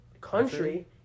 country